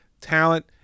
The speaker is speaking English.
talent